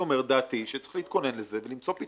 אומר את דעתי שצריך להתכונן לזה, ולמצוא פתרון.